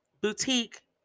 boutique